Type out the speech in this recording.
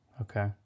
Okay